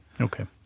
Okay